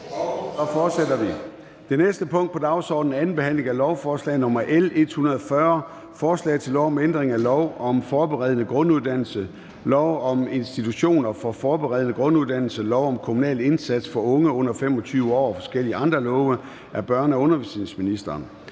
Det næste punkt på dagsordenen er: 4) 2. behandling af lovforslag nr. L 140: Forslag til lov om ændring af lov om forberedende grunduddannelse, lov om institutioner for forberedende grunduddannelse, lov om kommunal indsats for unge under 25 år og forskellige andre love. (Mere fleksible rammer